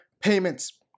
payments